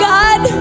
God